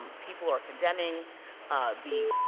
people are condemning the,